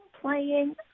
playing